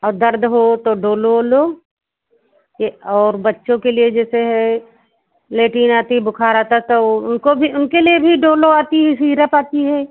और दर्द हो तो डोलो ओलो ये और बच्चों के लिए जैसे है लेटीन आती बुख़ार आता तब उनको भी उनके लिए भी डोलो आती है सीरप आती है